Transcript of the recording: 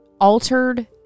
altered